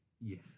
Yes